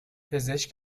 پزشک